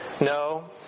No